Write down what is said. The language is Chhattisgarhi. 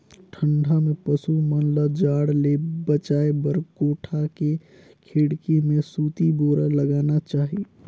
ठंडा में पसु मन ल जाड़ ले बचाये बर कोठा के खिड़की में सूती बोरा लगाना चाही